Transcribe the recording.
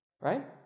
Right